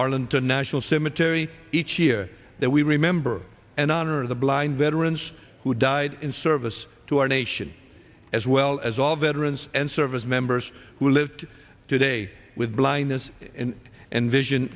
arlington national cemetery each year that we remember and honor the blind veterans who died in service to our nation as well as all veterans and service members who live today with blindness in and vision